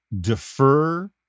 defer